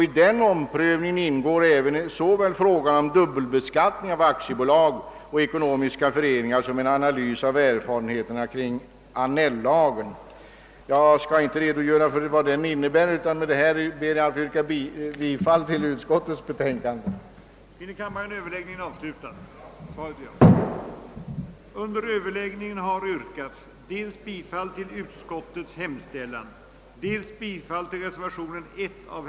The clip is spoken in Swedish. I det omprövningsarbetet ingår också frågan om dubbelbeskattningen av aktiebolag och ekonomiska föreningar som en analys av erfarenheterna av Annell-lagen. Jag skall emellertid inte närmare ingå på innebörden av den lagen utan ber med det anförda att få yrka bifall till utskottets hemställan. sakliga innehåll anfördes följande.